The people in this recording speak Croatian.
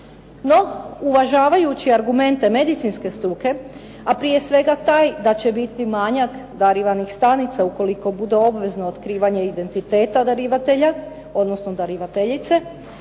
No, uvažavajući argumente medicinske struke, a prije svega taj da će biti manjak darivanih stanica ukoliko bude obvezno otkrivanje identiteta darivatelja, odnosno darivateljice,